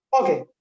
Okay